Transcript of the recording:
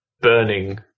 burning